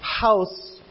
house